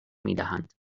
میدهند